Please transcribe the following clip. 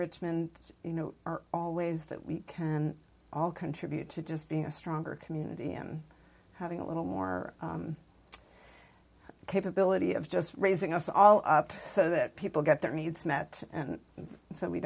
richmond you know all ways that we can all contribute to just being a stronger community i'm having a little more capability of just raising us all up so that people get their needs met and so we